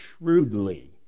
shrewdly